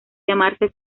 llamarse